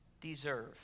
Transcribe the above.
deserve